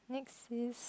next is